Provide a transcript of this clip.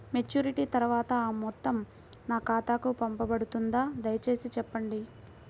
Maturity తర్వాత ఆ మొత్తం నా ఖాతాకు పంపబడుతుందా? దయచేసి చెప్పండి?